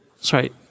sorry